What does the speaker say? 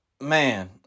man